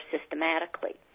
systematically